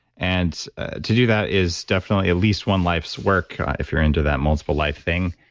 and to do that is definitely at least one life's work if you're into that multiple life thing.